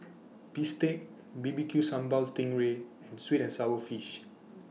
Bistake B B Q Sambal Sting Ray and Sweet and Sour Fish